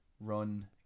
run